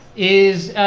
is,